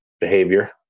behavior